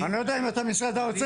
אני לא יודע, אם אתה משרד האוצר.